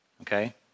okay